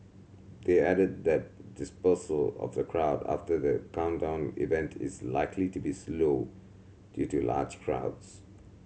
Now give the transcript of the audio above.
they added that dispersal of the crowd after the countdown event is likely to be slow due to large crowds